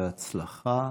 בהצלחה.